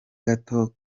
gato